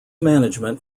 management